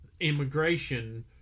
immigration